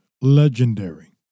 legendary